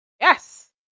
Yes